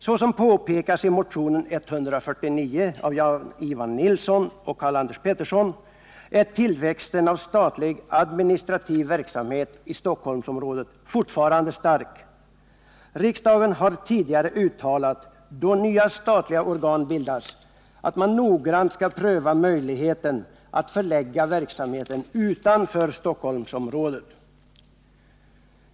Som påpekas i motionen 149 av Jan Ivan Nilsson och Karl-Anders Petersson är tillväxten av statlig administrativ verksamhet i Stockholmsområdet fortfarande stark. Riksdagen har tidigare uttalat att, då nya statliga organ bildas, man noggrant skall pröva möjligheten att förlägga verksamheten utanför Stockholmsområdet.